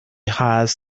hides